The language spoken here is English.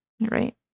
Right